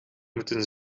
moeten